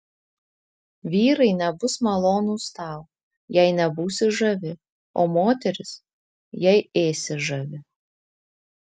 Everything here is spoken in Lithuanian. vyrai nebus malonūs tau jei nebūsi žavi o moterys jei ėsi žavi